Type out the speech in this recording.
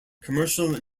commercial